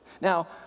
Now